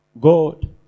God